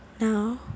now